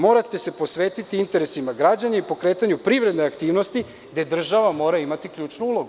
Morate se posvetiti interesima građana i pokretanju privrede aktivnosti, gde država mora imati ključnu ulogu.